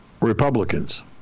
Republicans